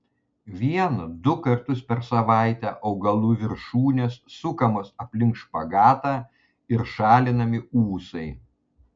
vieną du kartus per savaitę augalų viršūnės sukamos aplink špagatą ir šalinami ūsai